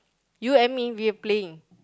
you and me we are playing